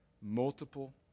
Multiple